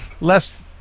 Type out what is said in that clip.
less